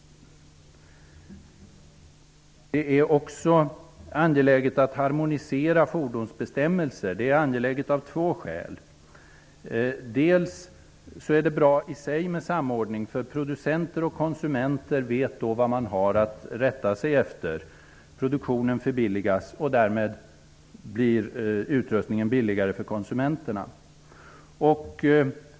Av två skäl är det också angeläget att harmonisera fordonsbestämmelser. För det första: Samordning är i sig bra, för då vet producenter och konsumenter vad de har att rätta sig efter, produktionen förbilligas och därmed blir utrustningen billigare för konsumenterna.